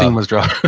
um was dropped.